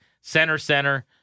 center-center